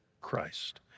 Christ